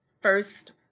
First